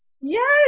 Yes